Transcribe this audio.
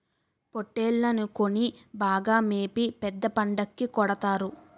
పోట్టేల్లని కొని బాగా మేపి పెద్ద పండక్కి కొడతారు